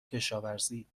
کشاورزی